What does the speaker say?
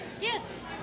Yes